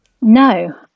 No